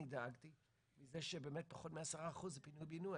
אני דאגתי מזה שפחות מ-10% זה פינוי-בינוי.